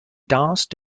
danse